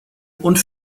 und